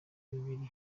bibiri